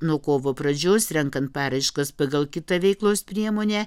nuo kovo pradžios renkant paraiškas pagal kitą veiklos priemonę